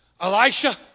Elisha